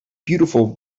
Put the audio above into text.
beautiful